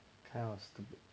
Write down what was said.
kind of stupid